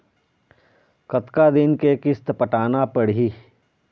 कतका दिन के किस्त पटाना पड़ही?